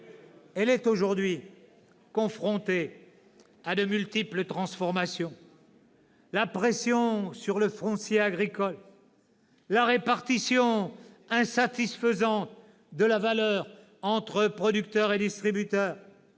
Elle est aujourd'hui confrontée à de multiples transformations : la pression sur le foncier agricole, la répartition insatisfaisante de la valeur entre producteurs et distributeurs,